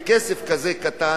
בכסף כזה קטן,